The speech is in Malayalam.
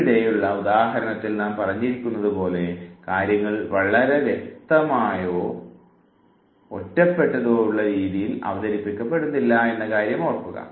ഇവിടെയുള്ള ഉദാഹരണത്തിൽ നാം പറഞ്ഞിരിക്കുന്നതുപോലെ കാര്യങ്ങൾ വളരെ വ്യക്തമായതോ ഒറ്റപ്പെട്ടതായിട്ടുള്ള രീതിയിലോ അവതരിപ്പിക്കപ്പെടുന്നില്ല എന്ന കാര്യം ഓർക്കുക